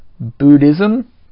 Buddhism